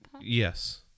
Yes